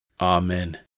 Amen